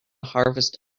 harvest